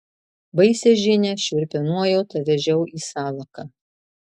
baisią žinią šiurpią nuojautą vežiau į salaką